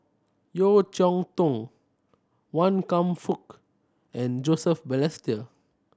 Yeo Cheow Tong Wan Kam Fook and Joseph Balestier